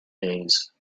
days